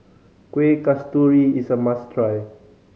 Kueh Kasturi is a must try